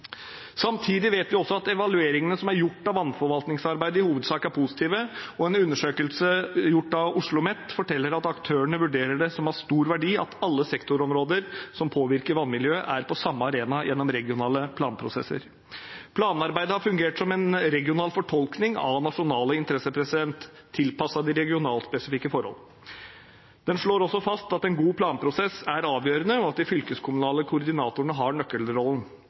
Samtidig vet vi at evalueringene som er gjort av vannforvaltningsarbeidet, i hovedsak er positive, og en undersøkelse gjort av OsloMet forteller at aktørene vurderer det som av stor verdi at alle sektorområder som påvirker vannmiljøet, er på samme arena gjennom regionale planprosesser. Planarbeidet har fungert som en regional fortolkning av nasjonale interesser – tilpasset regionalspesifikke forhold. Den slår også fast at en god planprosess er avgjørende, og at de fylkeskommunale koordinatorene har nøkkelrollen.